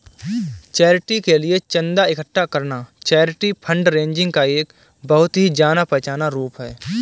charity के लिए चंदा इकट्ठा करना चैरिटी फंडरेजिंग का एक बहुत ही जाना पहचाना रूप है